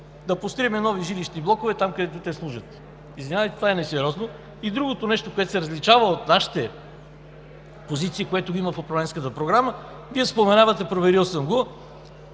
да построим нови жилищни блокове там, където те служат. Извинявайте, това е несериозно. И другото нещо, което се различава от нашите позиции, което го има в управленската програма, Вие споменавате, проверил съм го,